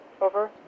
Over